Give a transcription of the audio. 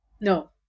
No